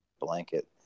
blanket